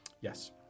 Yes